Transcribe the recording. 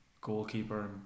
goalkeeper